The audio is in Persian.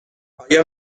آیا